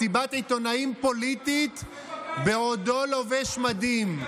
מסיבת עיתונאים פוליטית בעודו לובש מדים.